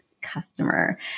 customer